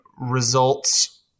results